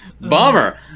bummer